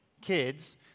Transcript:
kids